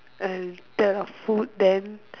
uh there are food then